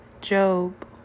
Job